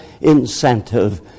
incentive